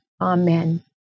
Amen